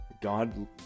God